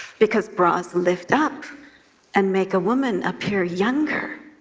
because bras lift up and make a woman appear younger,